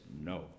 no